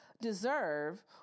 deserve